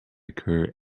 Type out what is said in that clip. occur